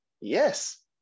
yes